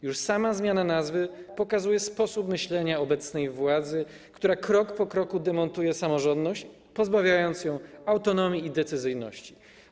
Już sama zmiana nazwy pokazuje sposób myślenia obecnej władzy, która krok po kroku demontuje samorządność, pozbawiając ją autonomii i decyzyjności.